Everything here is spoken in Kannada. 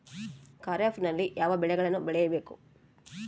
ಖಾರೇಫ್ ನಲ್ಲಿ ಯಾವ ಬೆಳೆಗಳನ್ನು ಬೆಳಿಬೇಕು?